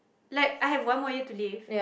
like I have one more year to live